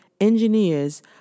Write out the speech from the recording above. engineers